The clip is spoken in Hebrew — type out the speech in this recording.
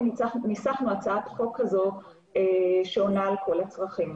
וניסחנו הצעת חוק כזו שעונה על כל הצרכים.